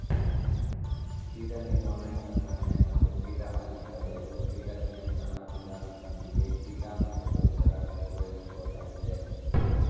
ಕೀಟ ನಿರ್ವಹಣೆ ಸಂಗ್ರಹಣೆ ಮತ್ತು ಕೀಟ ಹಾನಿ ತಡೆಯಲು ಕೀಟ ನಿಯಂತ್ರಣ ವಿಧಾನದೊಂದಿಗೆ ಕೀಟ ಮತ್ತು ಪರಿಸರ ನಿರ್ವಹಿಸೋದಾಗಿದೆ